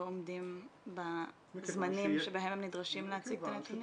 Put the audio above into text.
עומדים בזמנים שבהם הם נדרשים להציג את הנתונים?